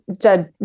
Judge